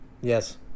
Yes